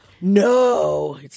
No